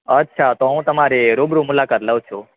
અછા તો હું તમારી રૂબરૂ મુલાકાત લઉ છું